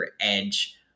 edge